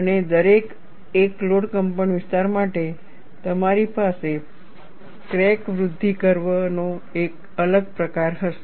અને દરેક એક લોડ કંપનવિસ્તાર માટે તમારી પાસે ક્રેક વૃદ્ધિ કર્વ નો એક અલગ પ્રકાર હશે